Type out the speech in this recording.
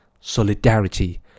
solidarity